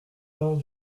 hors